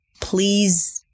please